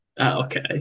okay